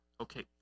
Okay